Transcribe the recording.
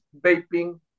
vaping